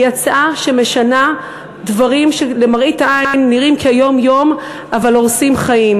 היא הצעה שמשנה דברים שלמראית עין נראים כיומיומיים אבל הורסים חיים.